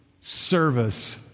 service